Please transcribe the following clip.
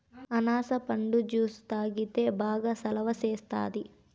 అనాస పండు జ్యుసు తాగితే బాగా సలవ సేస్తాది